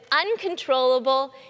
uncontrollable